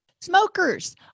Smokers